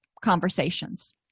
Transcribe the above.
conversations